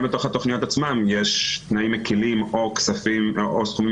גם בתוך התכניות עצמן יש תנאים מקלים או כספים או סכומים